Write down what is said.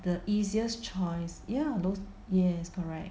the easiest choice ya those yes correct